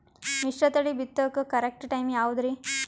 ಮಿಶ್ರತಳಿ ಬಿತ್ತಕು correct time ಯಾವುದರಿ?